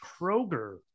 Kroger